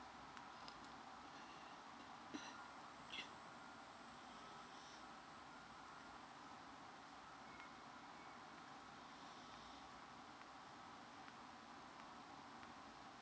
mm ya